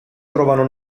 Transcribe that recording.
trovano